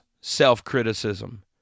self-criticism